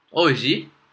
oh is it